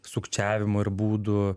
sukčiavimo ir būdų